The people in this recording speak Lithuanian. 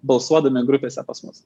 balsuodami grupėse pas mus